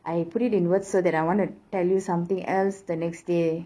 I put it in words so that I want to tell you something else the next day